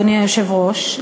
אדוני היושב-ראש,